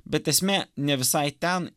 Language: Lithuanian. bet esmė ne visai ten